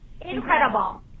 Incredible